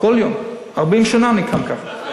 כל יום, 40 שנה, אני קם ככה.